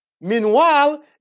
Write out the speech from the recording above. Meanwhile